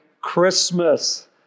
Christmas